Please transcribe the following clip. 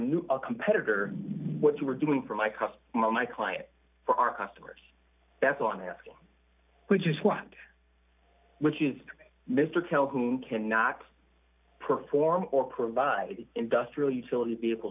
new a competitor what you were doing for my cost my clients for our customers that's on ask which is want which is mr calhoun cannot perform or provide industrial utility vehicle